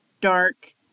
dark